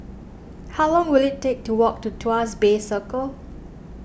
how long will it take to walk to Tuas Bay Circle